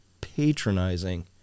patronizing